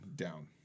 Down